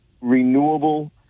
renewable